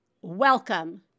welcome